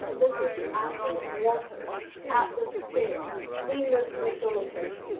this is actually water at the scale in the spatial location.